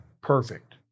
Perfect